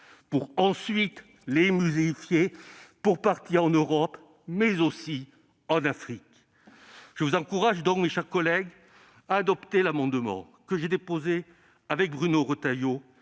pour ensuite les muséifier pour partie en Europe, mais aussi en Afrique. Je vous encourage donc, mes chers collègues, à adopter l'amendement que j'ai déposé avec Bruno Retailleau